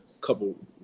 couple